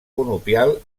conopial